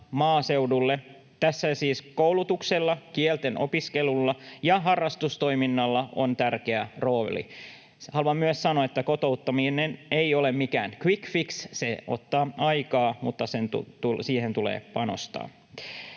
maaseudulle. Tässä siis koulutuksella, kieltenopiskelulla ja harrastustoiminnalla on tärkeä rooli. Haluan myös sanoa, että kotouttaminen ei ole mikään quick fix. Se ottaa aikansa, mutta siihen tulee panostaa.